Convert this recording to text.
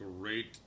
great